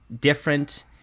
different